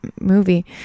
movie